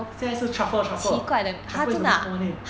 现在是 truffle truffle truffle is the most common name